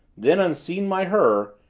then, unseen by her,